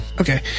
Okay